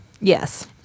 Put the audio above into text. Yes